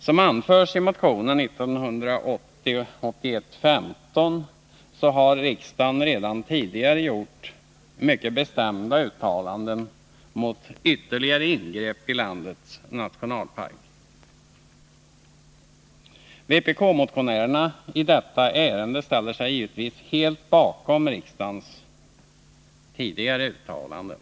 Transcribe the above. Som anförs i motionen 1980/81:15 har riksdagen redan tidigare gjort mycket bestämda uttalanden mot ytterligare ingrepp i landets nationalparker. Vpk-motionärerna i detta ärende ställer sig givetvis helt bakom dessa. riksdagens tidigare uttalanden.